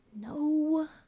No